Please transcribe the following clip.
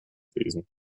lesen